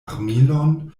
armilon